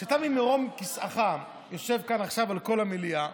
כשאתה ממרום כיסאך יושב כאן עכשיו מעל כל המליאה